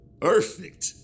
Perfect